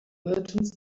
merchant